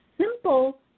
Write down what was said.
simple